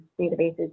databases